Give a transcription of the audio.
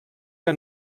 que